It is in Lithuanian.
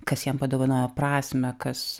kas jam padovanojo prasmę kas